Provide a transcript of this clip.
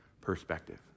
perspective